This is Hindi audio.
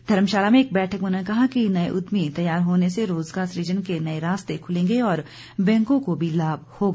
धर्मशाला में एक बैठक में उन्होंने कहा कि नए उद्यमी तैयार होने से रोज़गार सृजन के नए रास्ते खुलेंगे और बैंकों को भी लाभ होगा